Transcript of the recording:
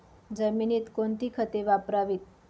जमिनीत कोणती खते वापरावीत?